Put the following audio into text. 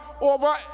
over